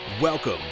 Welcome